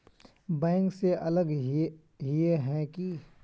Bank से अलग हिये है की?